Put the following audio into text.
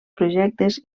projectes